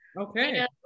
Okay